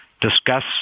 discuss